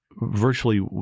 virtually